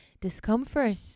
Discomfort